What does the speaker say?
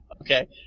Okay